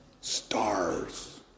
Stars